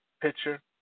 picture